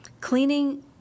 Cleaning